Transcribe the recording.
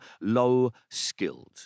low-skilled